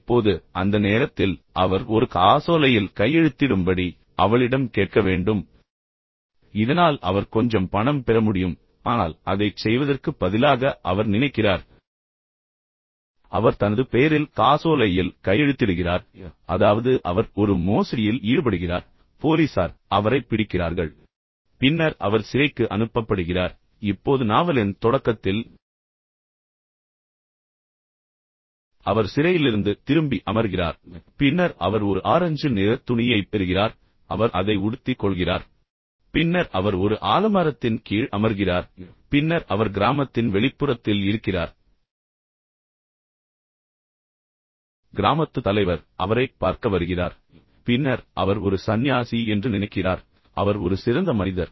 இப்போது அந்த நேரத்தில் அவர் ஒரு காசோலையில் கையெழுத்திடும்படி அவளிடம் கேட்க வேண்டும் இதனால் அவர் கொஞ்சம் பணம் பெற முடியும் ஆனால் அதைச் செய்வதற்குப் பதிலாக அவர் நினைக்கிறார் அவர் தனது பெயரில் காசோலையில் கையெழுத்திடுகிறார் அதாவது அவர் ஒரு மோசடியில் ஈடுபடுகிறார் போலீசார் அவரைப் பிடிக்கிறார்கள் பின்னர் அவர் சிறைக்கு அனுப்பப்படுகிறார் இப்போது நாவலின் தொடக்கத்தில் அவர் சிறையிலிருந்து திரும்பி அமர்கிறார் பின்னர் அவர் ஒரு ஆரஞ்சு நிறத் துணியைப் பெறுகிறார் அவர் அதை உடுத்திக் கொள்கிறார் பின்னர் அவர் ஒரு ஆலமரத்தின் கீழ் அமர்கிறார் பின்னர் அவர் கிராமத்தின் வெளிப்புறத்தில் இருக்கிறார் கிராமத்து தலைவர் அவரைப் பார்க்க வருகிறார் பின்னர் அவர் ஒரு சந்நியாசி என்று நினைக்கிறார் அவர் ஒரு சிறந்த மனிதர்